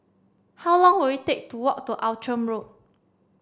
how long will it take to walk to Outram Road